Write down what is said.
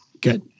Good